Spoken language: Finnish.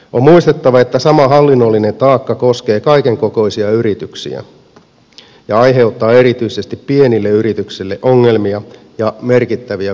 on muistettava että sama hallinnollinen taakka koskee kaikenkokoisia yrityksiä ja aiheuttaa erityisesti pienille yrityksille ongelmia ja merkittäviä kustannuksia